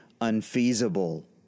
unfeasible